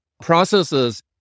processes